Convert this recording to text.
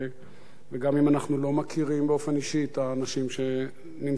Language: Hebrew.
וגם אם אנחנו לא מכירים באופן אישי את האנשים שנמצאים שם,